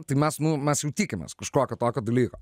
tai mes nu mes jau tikimės kažkokio tokio dalyko